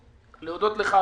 אני רוצה להודות לך,